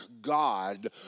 God